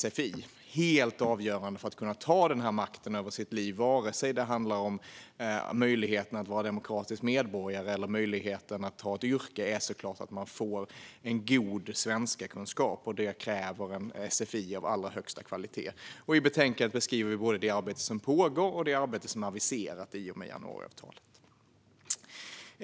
Det är helt avgörande för att man ska kunna ta makten över sitt liv oavsett om det handlar om möjligheten att vara medborgare i en demokrati eller att ha ett yrke. Förutsättningen är såklart att man får en god kunskap i svenska, och det kräver en sfi av allra högsta kvalitet. I betänkandet beskriver vi arbetet som pågår och det arbete som är aviserat i och med januariavtalet.